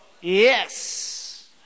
Yes